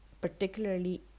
particularly